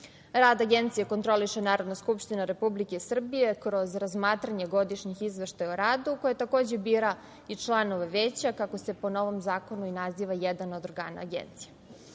Rad Agencije kontroliše Narodna skupština Republike Srbije kroz razmatranje godišnjih izveštaja o radu koje takođe bira i članove veća kako se po novom zakonu naziva i jedan od organa Agencije. Agencija